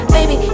Baby